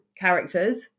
characters